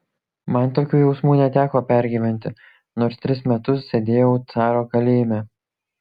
man tokių jausmų neteko pergyventi nors tris metus sėdėjau caro kalėjime